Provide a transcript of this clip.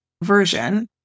version